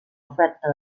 oferta